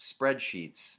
spreadsheets